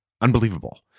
Unbelievable